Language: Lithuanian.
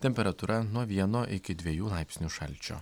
temperatūra nuo vieno iki dviejų laipsnių šalčio